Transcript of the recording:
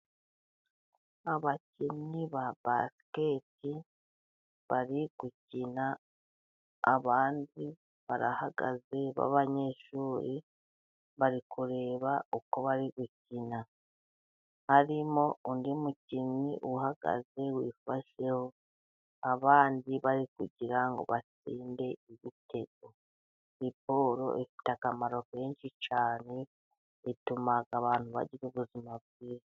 Abakinnyi ba basiketi bari gukina, abandi barahagaze b'abanyeshuri, bari kureba uko bari gukina. Harimo undi mukinnyi uhagaze wifasheho, abandi bari kugira ngo batsinde igitego, Siporo ifiteti akamaro kenshi cyane, ituma abantu bagira ubuzima bwiza.